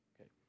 Okay